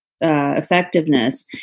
effectiveness